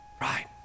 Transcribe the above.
Right